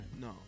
no